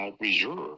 Reserve